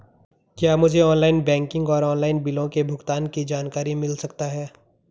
क्या मुझे online banking और ऑनलाइन बिलों के भुगतान की जानकारी मिल सकता है?